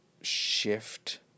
shift